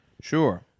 Sure